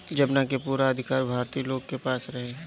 जवना के पूरा अधिकार भारतीय लोग के पास रहे